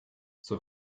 zur